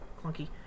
clunky